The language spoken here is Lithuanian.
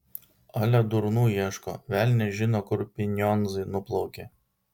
ale durnų ieško velnias žino kur pinionzai nuplaukė